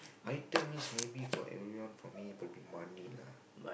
item means maybe for everyone for me prefer money lah